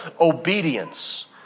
obedience